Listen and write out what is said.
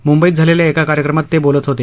मुंबईत झालेल्या एका कार्यक्रमात ते बोलत होते